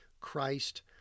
Christ